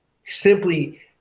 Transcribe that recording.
simply